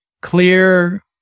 clear